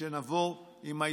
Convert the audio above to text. כשנבוא עם ההסתייגויות.